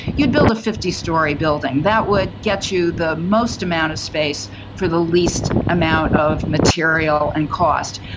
you'd build a fifty storey building that would get you the most amount of space for the least amount of material and cost.